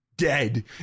Dead